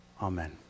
Amen